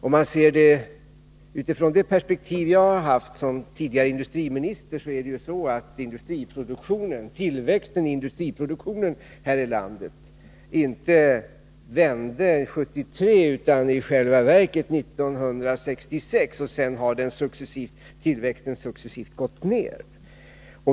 Om man ser det utifrån det perspektiv som jag har som tidigare industriminister är det tvärtom så, att tillväxten i industriproduktionen här i landet inte vände 1973 utan i själva verket 1966, och sedan har den successivt gått ned.